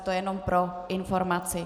To jenom pro informaci.